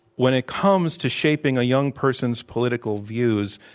when it comes to shaping a young person's political views,